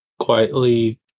quietly